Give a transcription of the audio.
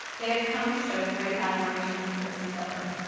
they have come to show great admiration for this endeavor.